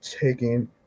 taking